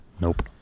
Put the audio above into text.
Nope